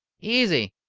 easy!